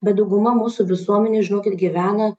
bet dauguma mūsų visuomenės žinokit gyvena